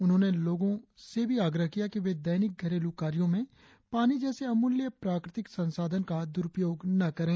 उन्होंने लोगों से भी आग्रह किया कि वे दैनिक घरेलू कार्यों में पानी जैसे अमूल्य प्राकृतिक संसाधन का दुरुपयोग न करें